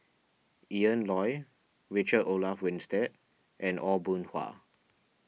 Ian Loy Richard Olaf Winstedt and Aw Boon Haw